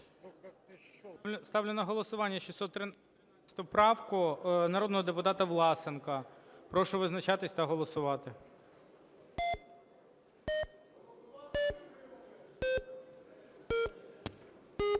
Ставлю на голосування 613 правку народного депутата Власенка. Прошу визначатися та голосувати.